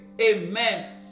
Amen